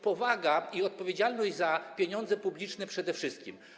Powaga i odpowiedzialność za pieniądze publiczne przede wszystkim.